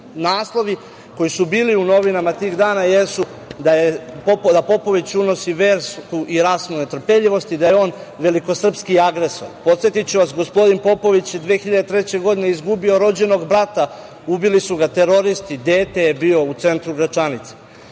Naslovi koji su bili u novinama tih dana jesu da Popović unosi versku i rasnu netrpeljivost i da je on velikosrpski agresor. Podsetiću vas, gospodin Popović je 2003. godine izgubio rođenog brata. Ubili su ga teroristi u centru Gračanice.